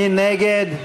מי נגד?